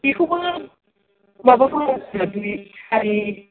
बेखौबो माबा बावनांगौसो दुइ सारि